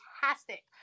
fantastic